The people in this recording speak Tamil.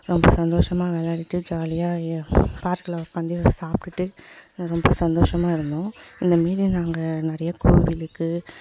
ரொம்ப சந்தோஷமா விளையாடிட்டு ஜாலியாக ஏ பார்க்கில் உக்கார்ந்து சாப்பிட்டுட்டு ரொம்ப சந்தோஷமா இருந்தோம் இந்தமாரி நாங்கள் நிறையா கோவிலுக்கு